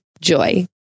Joy